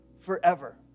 forever